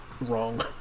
wrong